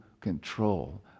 control